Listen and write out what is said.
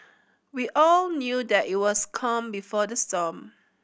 we all knew that it was calm before the storm